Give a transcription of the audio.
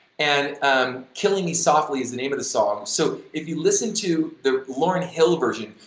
and um killing me softly is the name of the song. so if you listen to the lauren hill version,